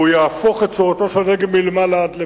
והוא יהפוך את צורתו של הנגב מלמעלה עד למטה.